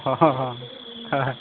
হয়